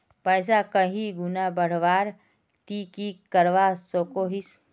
पैसा कहीं गुणा बढ़वार ती की करवा सकोहिस?